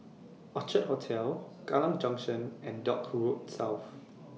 Orchard Hotel Kallang Junction and Dock Road South